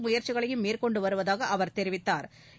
முயற்சிகளையும் மேற்கொண்டு வருவதாக அவா் தெரிவித்தாா்